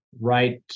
right